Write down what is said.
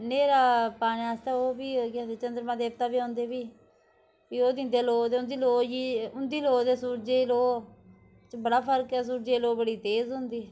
न्हेरा पाने आस्तै ओह् बी केह् आखदे चंद्रमां देवता बी औंदे फ्ही फ्ही ओह् दिंदे लोऽ ते उंदी लोऽ जी उंदी लोऽ ते सूरजै दी लोऽ च बड़ा फर्क ऐ सूरजै दी लोऽ बड़ी तेज़ होंदी